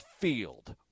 field